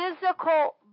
physical